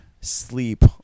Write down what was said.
sleep